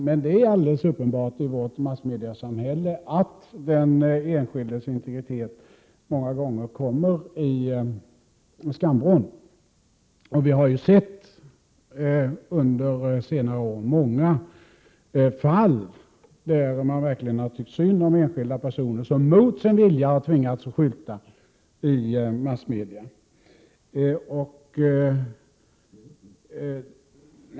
Men det är uppenbart att den enskildes integritet många gånger kommer i kläm i vårt massmediasamhälle. Vi har ju under senare år sett många fall där man verkligen tyckt synd om enskilda personer, som mot sin vilja fått skylta i massmedia.